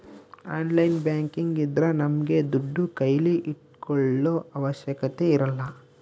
online banking ಇದ್ರ ನಮ್ಗೆ ದುಡ್ಡು ಕೈಲಿ ಇಟ್ಕೊಳೋ ಅವಶ್ಯಕತೆ ಇರಲ್ಲ